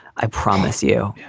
i promise you,